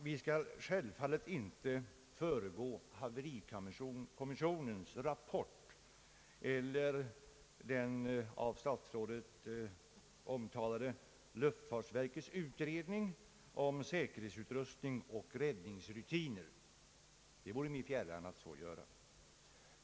Vi skall självfallet inte föregripa haverikommissionens rapport eller luftfartsverkets utredning om säkerhetsutrustning och räddningsrutiner.